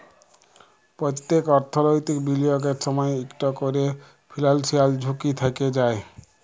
প্যত্তেক অর্থলৈতিক বিলিয়গের সময়ই ইকট ক্যরে ফিলান্সিয়াল ঝুঁকি থ্যাকে যায়